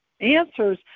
answers